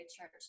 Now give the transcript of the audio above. church